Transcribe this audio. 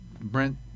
Brent